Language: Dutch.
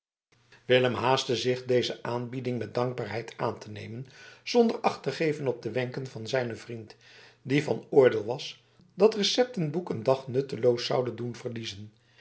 willem haastte zich deze aanbieding met dankbaarheid aan te nemen zonder acht te geven op de wenken van zijn vriend die van oordeel was dat hun dat receptenboek een dag nutteloos zoude doen verliezen